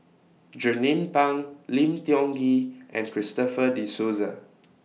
Jernnine Pang Lim Tiong Ghee and Christopher De Souza